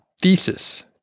Thesis